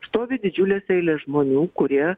stovi didžiulės eilės žmonių kurie